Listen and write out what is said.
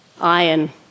Iron